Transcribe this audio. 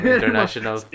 International